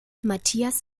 mathias